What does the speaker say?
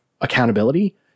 accountability